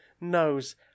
knows